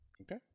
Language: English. Okay